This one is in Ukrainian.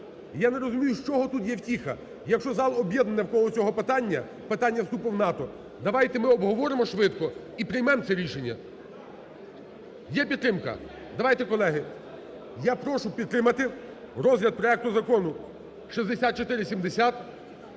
я не розумію, з чого тут є втіха? Якщо зал об'єднаний навколо цього питання, питання вступу в НАТО, давайте ми обговоримо швидко і приймемо це рішення. Є підтримка? Давайте, колеги, я прошу підтримати розгляд проекту Закону 6470